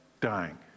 dying